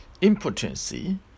impotency